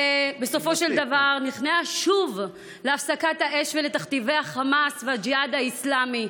שבסופו של דבר נכנעה שוב להפסקת האש ולתכתיבי החמאס והג'יהאד האסלאמי.